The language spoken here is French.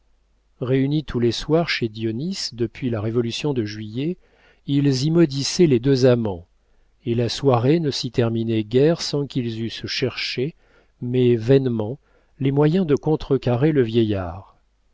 réunis tous les soirs chez dionis depuis la révolution de juillet ils y maudissaient les deux amants et la soirée ne s'y terminait guère sans qu'ils eussent cherché mais vainement les moyens de contre carrer le vieillard